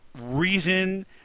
reason